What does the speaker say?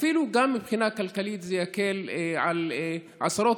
אפילו מבחינה כלכלית זה יקל על עשרות